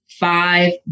five